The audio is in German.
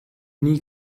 nie